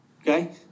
Okay